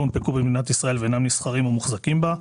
הונפקו במדינת ישראל ואינם נסחרים או מוחזקים בה.